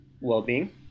well-being